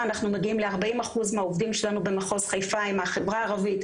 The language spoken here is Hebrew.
אנחנו מגיעים ל-40% עובדים מהחברה הערבית,